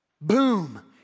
Boom